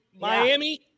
Miami